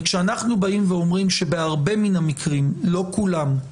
וכשאנחנו באים ואומרים שבהרבה מן המקרים, לא כולם,